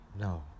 no